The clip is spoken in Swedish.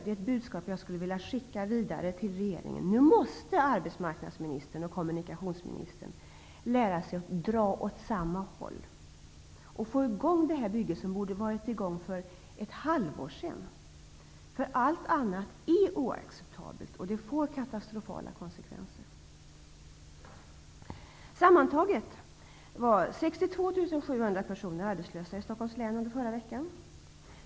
Det budskap jag skulle vilja skicka vidare till regeringen är att arbetsmarknadsministern och kommunikationsministern nu måste lära sig att dra åt samma håll och få i gång det här bygget, som borde ha varit i gång för ett halvår sedan. Allt annat är nämligen oacceptabelt och får katastrofala konsekvenser. Stockholms län förra veckan.